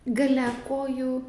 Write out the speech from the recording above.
gale kojų